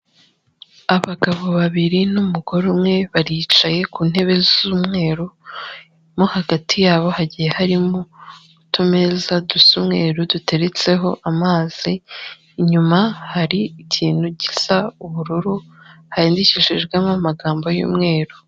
Abagabo babiri n'umugore umwe baricaye ku ntebe z'umweru mo hagati yabo hagiye harimo utumeza dusa umweru duteretseho amazi. Inyuma hari ikintu gisa ubururu handikishijwemo amagambo y'umweru.